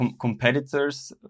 competitors